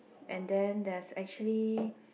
and then there's actually